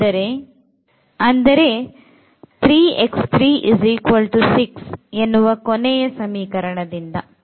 ಅಂದರೆ 3 6 ಎನ್ನುವ ಕೊನೆಯ ಸಮೀಕರಣದಿಂದ